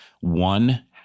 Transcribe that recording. one